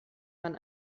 man